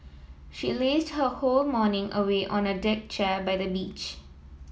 she lazed her whole morning away on a deck chair by the beach